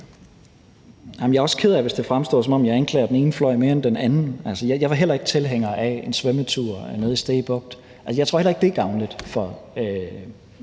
Jeg er også ked af, hvis det fremstår, som om jeg anklager den ene fløj mere end den anden. Jeg var heller ikke tilhænger af en svømmetur nede i Stege Bugt. Jeg tror heller ikke, det er gavnligt for